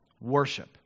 Worship